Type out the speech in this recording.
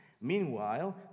Meanwhile